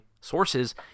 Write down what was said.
sources